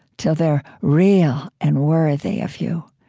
until they're real and worthy of you.